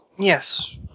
Yes